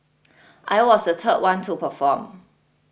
I was the third one to perform